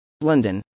London